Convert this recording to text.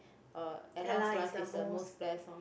uh Ella's life is the most blessed hor